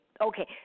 okay